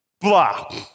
blah